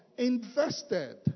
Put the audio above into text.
invested